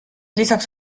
lisaks